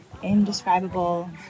indescribable